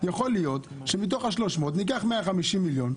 יכול להיות שמתוך ה-300 ניקח 150 מיליון.